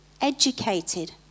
educated